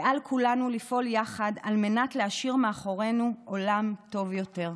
ועל כולנו לפעול יחד על מנת להשאיר מאחורינו עולם טוב יותר.